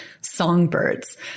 songbirds